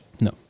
No